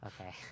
Okay